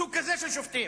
סוג כזה של שופטים.